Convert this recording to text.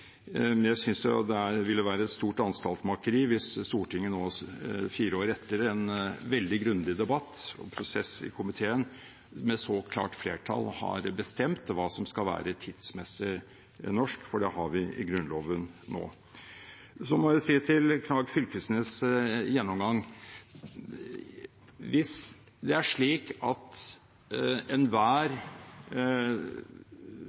prosess i komiteen – med så klart flertall har bestemt hva som skal være tidsmessig norsk, for det har vi i Grunnloven nå. Så må jeg si til Knag Fylkesnes’ gjennomgang: Hvis det er slik at